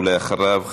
ואחריו,